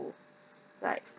like